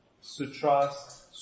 sutras